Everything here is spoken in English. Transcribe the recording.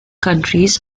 countries